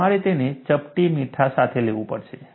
તમારે તેને ચપટી મીઠા સાથે લેવું પડશે